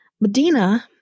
Medina